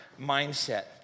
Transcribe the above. mindset